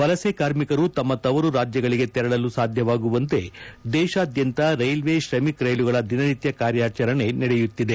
ವಲಸೆ ಕಾರ್ಮಿಕರು ತಮ್ಮ ತವರು ರಾಜ್ಯಗಳಿಗೆ ತೆರಳಲು ಸಾಧ್ಯವಾಗುವಂತೆ ದೇಶಾದ್ಯಂತ ರೈಲ್ವೆ ತ್ರಮಿಕ್ ರೈಲುಗಳ ದಿನನಿತ್ಯ ಕಾರ್ಯಾಚರಣೆ ನಡೆಸುತ್ತಿದೆ